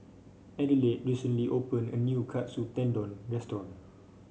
Adelaide recently opened a new Katsu Tendon Restaurant